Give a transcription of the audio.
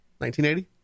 1980